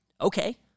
Okay